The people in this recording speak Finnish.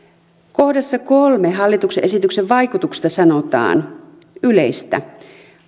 kohdassa kolmen hallituksen esityksen vaikutuksista sanotaan yleistä